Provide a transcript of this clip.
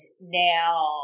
now